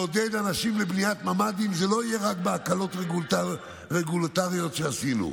לעודד אנשים לבניית ממ"דים זה לא יהיה רק בהקלות רגולטוריות שעשינו.